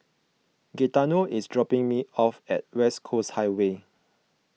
Gaetano is dropping me off at West Coast Highway